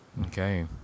Okay